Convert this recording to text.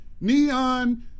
neon